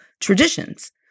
traditions